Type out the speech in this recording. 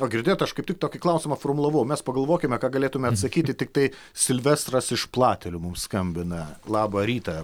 o girdėjot aš kaip tik tokį klausimą formulavau mes pagalvokime ką galėtume atsakyti tiktai silvestras iš platelių mums skambina labą rytą